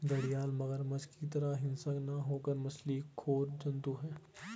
घड़ियाल मगरमच्छ की तरह हिंसक न होकर मछली खोर जंतु है